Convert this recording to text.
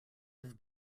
have